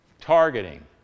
targeting